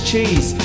Cheese